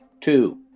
Two